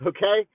Okay